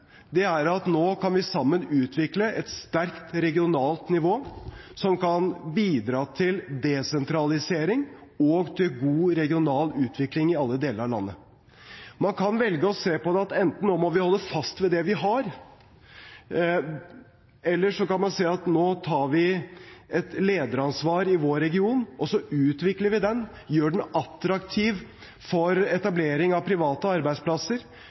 dem er at nå kan vi sammen utvikle et sterkt regionalt nivå som kan bidra til desentralisering og til god regional utvikling i alle deler av landet. Man kan velge å se på det slik at enten må vi nå holde fast ved det vi har, eller så kan man si at nå tar vi et lederansvar i vår region. Så utvikler vi den, gjør den attraktiv for etablering av private arbeidsplasser,